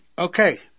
okay